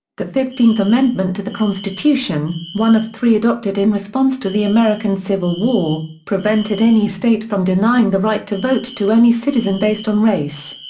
the fifteenth amendment to the constitution, one of three adopted in response to the american civil war, prevented any state from denying the right to vote to any citizen based on race.